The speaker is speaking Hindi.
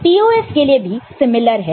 POS के लिए भी समान है